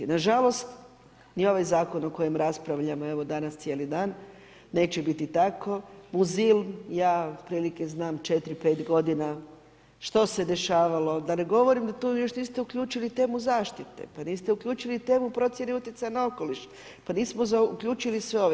Nažalost, ni ovaj zakon o kojem raspravljamo evo danas cijeli dan neće biti tako, Muzil, ja otprilike znam 4, 5 godina što se dešavalo da ne govorim da tu još niste uključili temu zaštite, pa niste uključili temu procjene utjecaja na okoliš, pa nismo uključili sve ove teme.